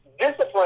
discipline